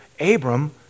Abram